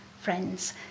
friends